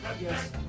Yes